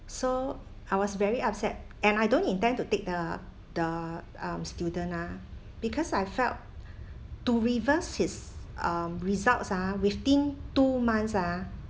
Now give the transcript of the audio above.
so I was very upset and I don't intend to take the the um student ah because I felt to reverse his um results ah within two months ah